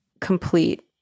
complete